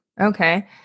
Okay